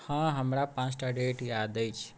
हॅं हमरा पाँचटा डेट याद अछि